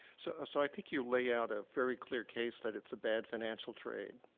so ah so, i think you lay out a very clear case that it's a bad financial trade,